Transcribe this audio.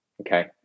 Okay